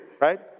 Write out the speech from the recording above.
right